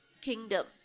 kingdom